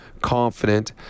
confident